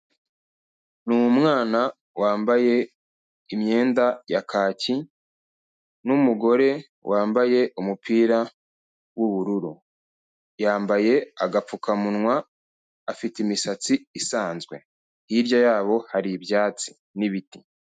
Ni umwana wambaye imyenda ya kaki n'umugore wambaye umupira w'ubururu, yambaye agapfukamunwa, afite imisatsi isanzwe, hirya yabo hari ibyatsi n'ibiti.